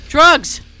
Drugs